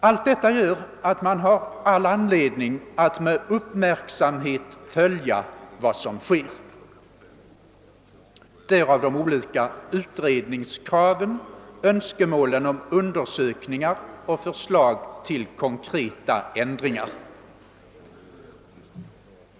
Allt detta gör att man har all anledning att med uppmärksamhet följa vad som sker —- därav de olika utredningskraven, önskemålen om undersökningar och de konkreta förslagen till ändringar.